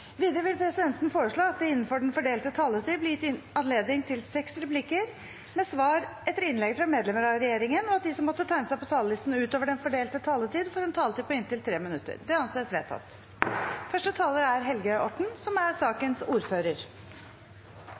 Videre vil presidenten foreslå at det – innenfor den fordelte taletid – blir gitt anledning til seks replikker med svar etter innlegg fra medlemmer av regjeringen, og at de som måtte tegne seg på talerlisten utover den fordelte taletid, får en taletid på inntil 3 minutter. – Det anses vedtatt.